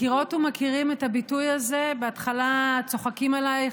מכירות ומכירים את הביטוי הזה: בהתחלה צוחקים עלייך,